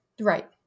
Right